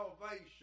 salvation